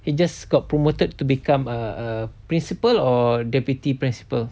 he just got promoted to become a a principal or deputy principal